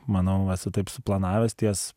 manau esu taip suplanavęs ties